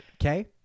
okay